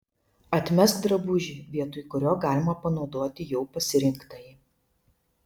atmesk drabužį vietoj kurio galima panaudoti jau pasirinktąjį